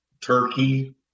Turkey